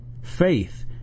faith